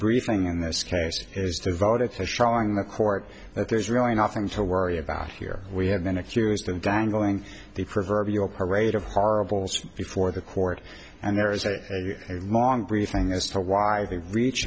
briefing in this case is devoted to showing the court that there's really nothing to worry about here we have been accused them dangling the proverbial parade of horribles before the court and there is a long briefing as to why the reach